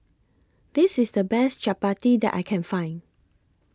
This IS The Best Chapati that I Can Find